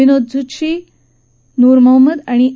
विनोद झुत्शी नूर मोहम्मद आणि ए